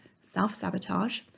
self-sabotage